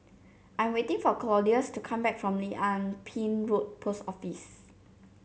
I am waiting for Claudius to come back from Lim Ah Pin Road Post Office